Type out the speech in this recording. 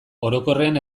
orokorrean